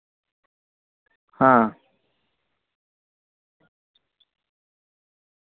ᱦᱮᱸ